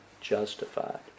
justified